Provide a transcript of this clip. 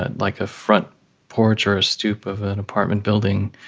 ah like, a front porch or a stoop of an apartment building